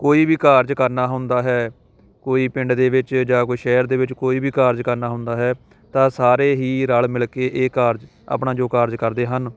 ਕੋਈ ਵੀ ਕਾਰਜ ਕਰਨਾ ਹੁੰਦਾ ਹੈ ਕੋਈ ਪਿੰਡ ਦੇ ਵਿੱਚ ਜਾਂ ਕੋਈ ਸ਼ਹਿਰ ਦੇ ਵਿੱਚ ਕੋਈ ਵੀ ਕਾਰਜ ਕਰਨਾ ਹੁੰਦਾ ਹੈ ਤਾਂ ਸਾਰੇ ਹੀ ਰਲ ਮਿਲ ਕੇ ਇਹ ਕਾਰਜ ਆਪਣਾ ਜੋ ਕਾਰਜ ਕਰਦੇ ਹਨ